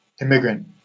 immigrant